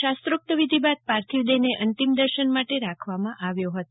શાસ્ત્રોક્ત વિધિ બાદ પાર્થિવદેહને અંતિમ દર્શન માટે રાખવામાં આવ્યો હતો